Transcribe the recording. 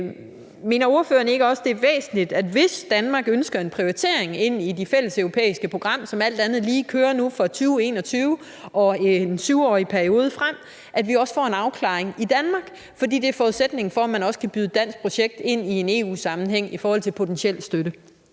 Mener ordføreren ikke også, det er væsentligt, at hvis Danmark ønsker en prioritering ind i det fælleseuropæiske program, som alt andet lige kører lige nu for 2021 og over en 7-årig periode, at vi også får en afklaring i Danmark, fordi det er forudsætningen for, at man kan byde et dansk projekt ind i en EU-sammenhæng i forhold til potentiel støtte?